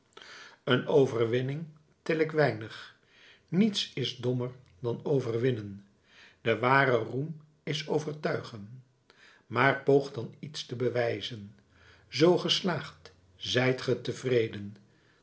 een overwinning tel ik weinig niets is dommer dan overwinnen de ware roem is overtuigen maar poog dan iets te bewijzen zoo ge slaagt zijt ge